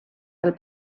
del